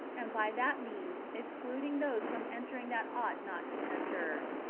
and by that means excluding those from entering that ought not to enter.